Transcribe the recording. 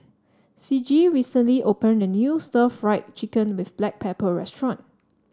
Ciji recently opened a new Stir Fried Chicken with Black Pepper restaurant